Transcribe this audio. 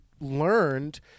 learned